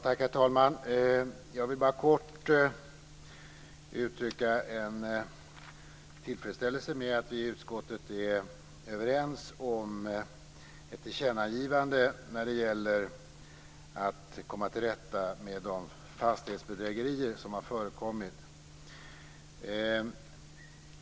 Herr talman! Jag vill bara kort uttrycka en tillfredsställelse med att vi i utskottet är överens om ett tillkännagivande när det gäller att komma till rätta med de fastighetsbedrägerier som har förekommit.